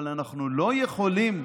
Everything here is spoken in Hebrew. אבל אנחנו לא יכולים,